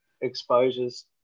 exposures